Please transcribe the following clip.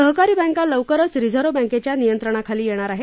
सहकारी बँका लवकरच रिझर्व्ह बँकेच्या नियंत्रणाखाली येणार आहेत